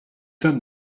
sommes